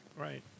Right